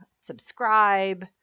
subscribe